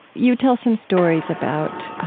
you tell some stories about,